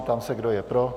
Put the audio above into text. Ptám se, kdo je pro.